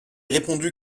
répondu